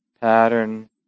pattern